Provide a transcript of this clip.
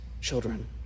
children